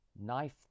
knife